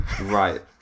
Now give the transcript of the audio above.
Right